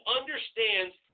understands